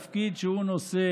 לזה: